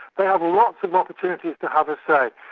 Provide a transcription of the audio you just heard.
they have lots of opportunities to have a say.